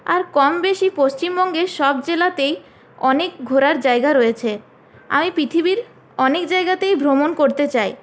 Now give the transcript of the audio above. আর কম বেশি পশ্চিমবঙ্গে সব জেলাতেই অনেক ঘোরার জায়গা রয়েছে আমি পৃথিবীর অনেক জায়গাতেই ভ্রমণ করতে চাই